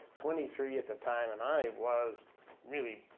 twenty three at the time, and i was really,